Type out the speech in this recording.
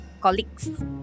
colleagues